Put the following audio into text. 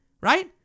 right